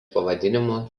pavadinimo